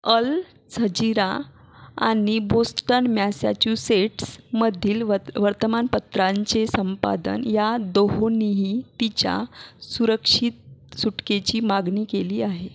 अल Jazeera आणि Boston मॅसॅच्युसेट्समधील वत वर्तमानपत्रांचे संपादन ह्या दोहोंनीही तिच्या सुरक्षित सुटकेची मागणी केली आहे